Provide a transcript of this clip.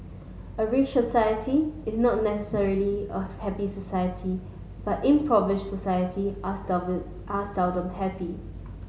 a rich society is not necessarily a happy society but impoverished society are are seldom happy